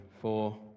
four